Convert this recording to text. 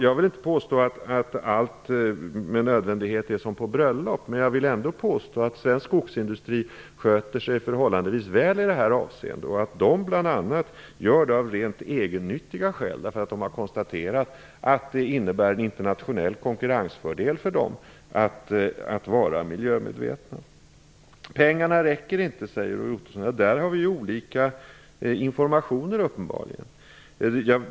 Jag vill inte påstå att allt med nödvändighet är som på bröllop, men jag vill ändå påstå att svenska skogsindustriföretag sköter sig förhållandevis väl i det här avseendet och att de bl.a. gör det av rent egennyttiga skäl, därför att de har konstaterat att det innebär en internationell konkurrensfördel för dem att vara miljömedvetna. Pengarna räcker inte, säger Roy Ottosson. Där har vi uppenbarligen olika information.